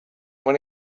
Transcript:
when